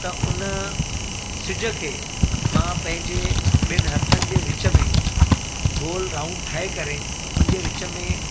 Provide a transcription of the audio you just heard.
त उन सिज खे मां पंहिंजे ॿिनि हथनि जे विच में गोलु राऊंड ठाहे करे उन जे विच में